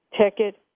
Ticket